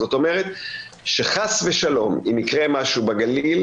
זאת אומרת שחס ושלום אם יקרה משהו בגליל,